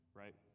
right